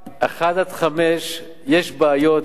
1 עד 5 הם לא אוהבים, 1 עד 5 יש בעיות, ובעיות